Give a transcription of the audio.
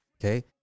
Okay